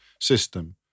system